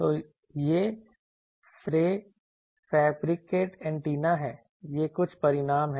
तो यह fabricated antenna हैं ये कुछ परिणाम हैं